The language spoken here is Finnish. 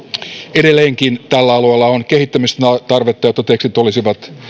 edelleenkin tällä alueella on kehittämisen tarvetta jotta tekstit olisivat